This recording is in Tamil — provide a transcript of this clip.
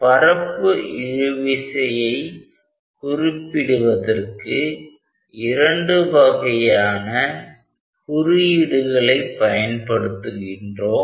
பரப்பு இழுவிசை குறிப்பிடுவதற்கு இரண்டு வகையான குறியீடுகளை பயன்படுத்துகிறோம்